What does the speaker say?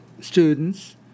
students